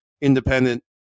independent